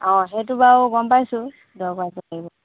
অঁ সেইটো বাৰু গম পাইছোঁ দহগৰাকী